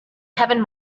kevin